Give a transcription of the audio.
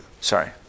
Sorry